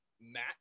Matt